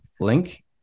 link